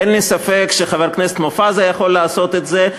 אין לי ספק שחבר הכנסת מופז היה יכול לעשות את זה,